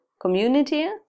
community